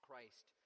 Christ